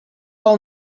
all